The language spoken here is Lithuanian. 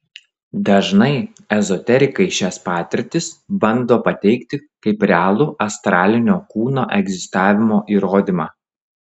dažnai ezoterikai šias patirtis bando pateikti kaip realų astralinio kūno egzistavimo įrodymą